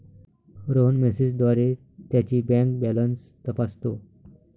रोहन मेसेजद्वारे त्याची bank balance तपासतो